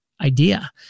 idea